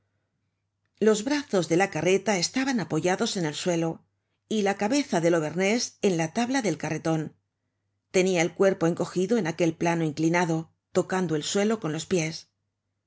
los brazos de la carreta estaban apoyados en el suelo y la cabeza del auvernés en la tabla del carreton tenia el cuerpo encogido en aquel plano inclinado tocando el suelo con los pies